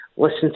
Listen